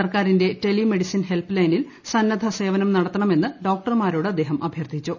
സർക്കാറിന്റെ tele medicine help ലൈനിൽ സന്നദ്ധ സേവനം നടത്തണമെന്ന് ഡോക്ടർമാരോട് അഭ്യർത്ഥിച്ചു